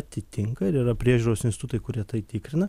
atitinka ir yra priežiūros institutai kurie tai tikrina